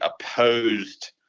opposed